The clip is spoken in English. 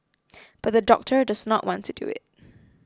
but the doctor does not want to do it